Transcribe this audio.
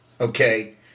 okay